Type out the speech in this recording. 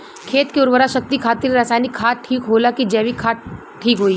खेत के उरवरा शक्ति खातिर रसायानिक खाद ठीक होला कि जैविक़ ठीक होई?